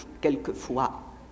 quelquefois